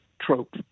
trope